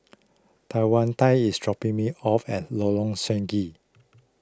Tawanda is dropping me off at Lorong Stangee